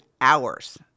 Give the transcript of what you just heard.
hours